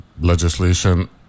legislation